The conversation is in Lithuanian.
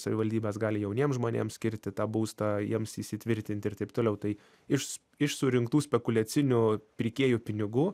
savivaldybės gali jauniems žmonėms skirti tą būstą jiems įsitvirtinti ir t t tai iš iš surinktų spekuliacinių pirkėjų pinigų